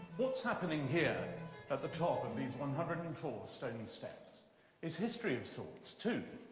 what's happening here at the top of these one hundred and four stone steps is history of sorts too.